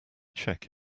check